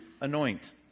anoint